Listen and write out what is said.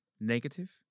negative